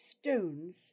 stones